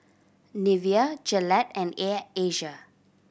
Nivea Gillette and Air Asia